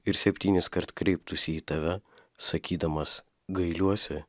ir septyniskart kreiptųsi į tave sakydamas gailiuosi